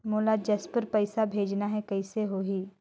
मोला जशपुर पइसा भेजना हैं, कइसे होही?